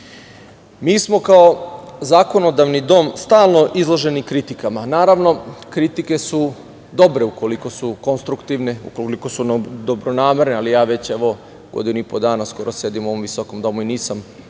smo kao zakonodavni dom stalno izloženi kritikama. Naravno, kritike su dobre ukoliko su konstruktivne, ukoliko su dobronamerne, ali ja već evo godinu i po dana skoro sedim u ovom visokom domu i nisam